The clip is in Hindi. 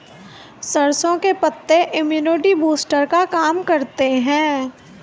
सरसों के पत्ते इम्युनिटी बूस्टर का काम करते है